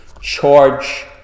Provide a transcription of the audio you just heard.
charge